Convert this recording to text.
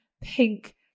pink